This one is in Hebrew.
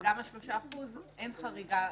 וגם ב-3% אין חריגה